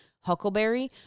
Huckleberry